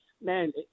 Man